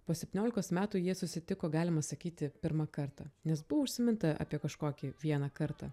po septyniolikos metų jie susitiko galima sakyti pirmą kartą nes buvo užsiminta apie kažkokį vieną kartą